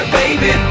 baby